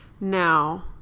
now